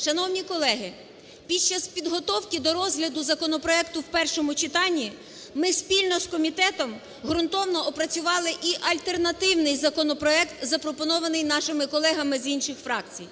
Шановні колеги, під час підготовки до розгляду законопроекту в першому читанні, ми, спільно з комітетом, ґрунтовно опрацювали і альтернативний законопроект, запропонований нашими колегами з інших фракцій,